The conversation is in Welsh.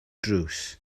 drws